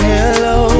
hello